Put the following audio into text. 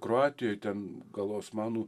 kroatijoj ten gal osmanų